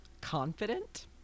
confident